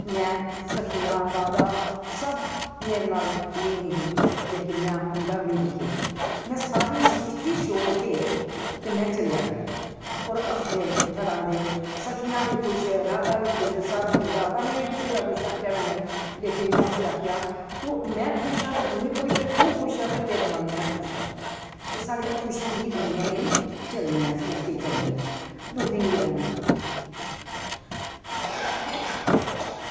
में सखियां राधा सब मेरे नाल लीन ही लेकिन में उंदा बी निं दिक्खेआ में सारी स्रिश्टी छोड़ के ते में चली आया होर हसदे कटांदे सखियां बी खुश राधा बी खुश सार कुछ राधा ने बी बत्थेरा कुछ आखेआ मैनू पर में उसी आखेआ तूं में खुश हां ते तूं खुश तूं खुश ऐ ते तेरे नाल में खुश ते साढ़ी खुशी गी दुनियां ई चलनी ऐ स्रिश्टी चलनी ऐ दुखी निं रैह्ना